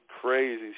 crazy